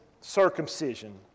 circumcision